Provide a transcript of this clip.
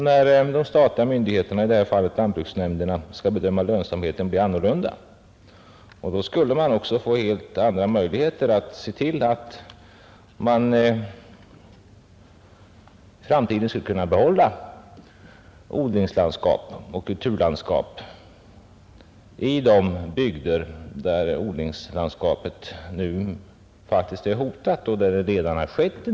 När de statliga myndigheterna, i detta fall jordbruksnämnderna, nu skall bedöma lönsamheten blir förutsättningarna annorlunda, och då kan vi också få helt andra möjligheter att se till att vi i framtiden får odlingsoch kulturlandskap i de bygder som nu är hotade och där utvecklingen tyvärr har gått ganska långt.